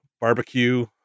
barbecue